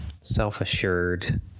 self-assured